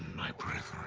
my brethren.